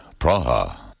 Praha